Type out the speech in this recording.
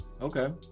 Okay